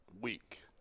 week